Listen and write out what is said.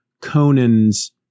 Conan's